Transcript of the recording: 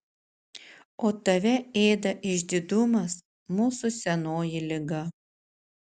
o tave ėda išdidumas mūsų senoji liga